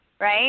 right